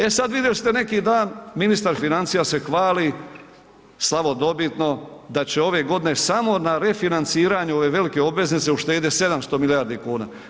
E sad vidjeli ste neki dan ministar financija se hvali slavodobitno da će ove godine samo na refinanciranju ove velike obveznice uštedjeti 700 milijardi kuna.